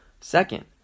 Second